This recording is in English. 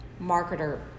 marketer